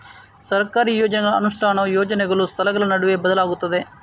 ಸರ್ಕಾರಿ ಯೋಜನೆಗಳ ಅನುಷ್ಠಾನವು ಯೋಜನೆಗಳು, ಸ್ಥಳಗಳ ನಡುವೆ ಬದಲಾಗುತ್ತದೆ